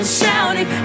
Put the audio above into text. shouting